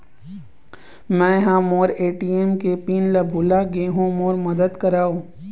मै ह मोर ए.टी.एम के पिन ला भुला गे हों मोर मदद करौ